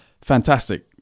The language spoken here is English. Fantastic